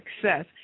success